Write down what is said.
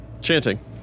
Chanting